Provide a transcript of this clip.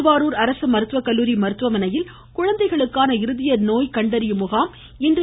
திருவாரூர் அரசு மருத்துவக்கல்லூரி மருத்துவமனையில் குழந்தைகளுக்கான இருதய நோய் கண்டறியும் முகாம் இன்று நடைபெற்றது